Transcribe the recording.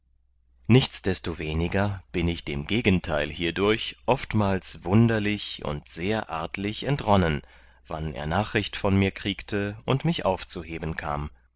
nichtsdestoweniger bin ich dem gegenteil hierdurch oftmals wunderlich und sehr artlich entronnen wann er nachricht von mir kriegte und mich aufzuheben kam